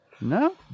no